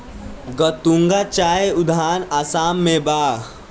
गतूंगा चाय उद्यान आसाम में बा